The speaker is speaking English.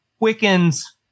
quickens